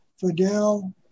Fidel